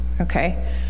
okay